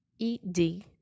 ed